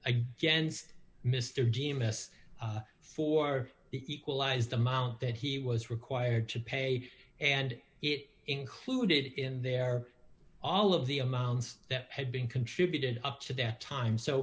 against mr g m s for equalize the amount that he was required to pay and it included in there all of the amounts that had been contributed up to that time so